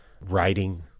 writing